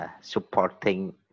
supporting